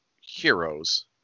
heroes